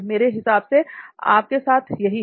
मेरे हिसाब से आपके साथ यही है